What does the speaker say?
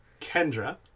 Kendra